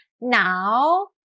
Now